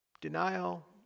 Denial